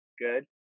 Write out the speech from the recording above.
good